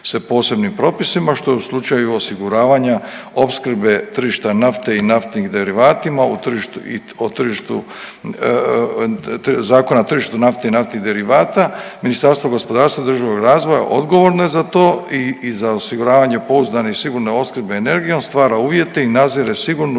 posebnim propisima što je u slučaju osiguravanja opskrbe tržišta nafte i naftnim derivatima u tržištu, o tržištu, Zakona o tržištu nafte i naftnih derivata Ministarstvo gospodarstva i održivog razvoja odgovorno je za to i za osiguravanje pouzdane i sigurne opskrbe energijom, stvara uvjete i nadzire sigurnu,